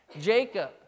Jacob